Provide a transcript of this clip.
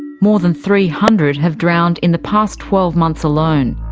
more than three hundred have drowned in the past twelve months alone.